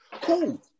cool